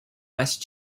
west